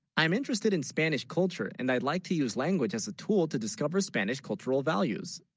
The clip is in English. i'm interested in spanish culture and i'd like to use language as a tool to discover spanish cultural values